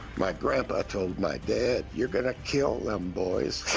my grandpa told my dad, you're gonna kill them boys.